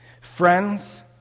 Friends